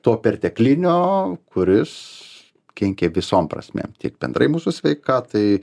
to perteklinio kuris kenkia visom prasmėm tiek bendrai mūsų sveikatai